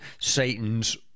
Satan's